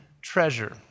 Treasure